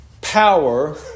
power